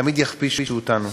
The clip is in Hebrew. תמיד יכפישו אותנו